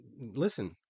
listen